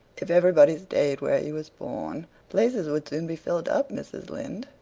if everybody stayed where he was born places would soon be filled up, mrs. lynde.